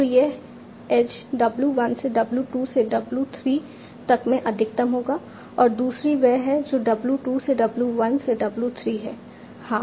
तो यह edge w 1 से w 2 से w 3 तक में अधिकतम होगा और दूसरी वह है जो w 2 से w 1 से w 3 है हां